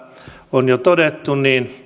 on jo todettu